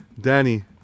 Danny